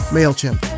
MailChimp